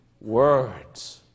words